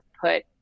put